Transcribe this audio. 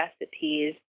recipes